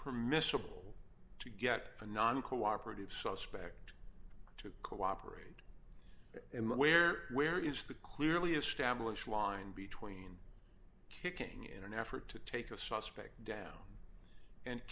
permissible to get a non cooperative suspect to cooperate and where where is the clearly established line between kicking in an effort to take a suspect down and